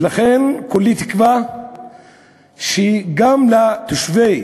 ולכן, כולי תקווה שגם לתושבי